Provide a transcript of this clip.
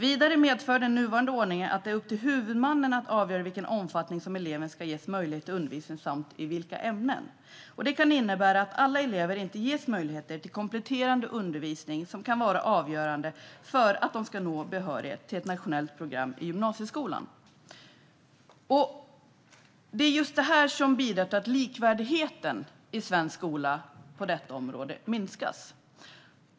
Vidare medför den nuvarande ordningen att det är upp till huvudmannen att avgöra i vilken omfattning som eleven ska ges möjlighet till undervisning och i vilka ämnen. Det kan innebära att alla elever inte ges möjligheter till kompletterande undervisning, som kan vara avgörande för att de ska nå behörighet till ett nationellt program i gymnasieskolan. Det är just detta som bidrar till att likvärdigheten i svensk skola på detta område minskas.